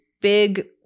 big